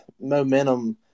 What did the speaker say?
momentum